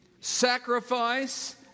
sacrifice